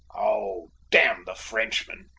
oh, damn the frenchman!